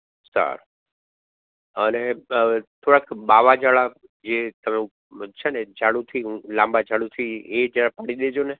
સારું અને થોળાક બાવા જળા જે તમે છેને ઝાળૂથી લાંબા ઝાળૂથી એ જરા પાળી દેજોને